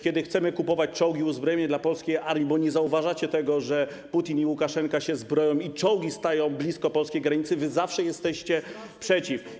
Kiedy chcemy kupować czołgi, uzbrojenie dla polskiej armii, bo nie zauważacie tego, że Putin i Łukaszenka się zbroją i czołgi stają blisko polskiej granicy, wy zawsze jesteście przeciw.